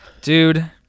Dude